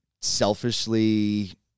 selfishly